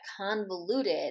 convoluted